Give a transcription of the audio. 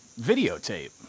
videotape